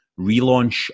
relaunch